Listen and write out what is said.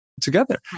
together